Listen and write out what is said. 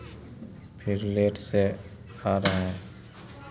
फिर लेट से आ रहा है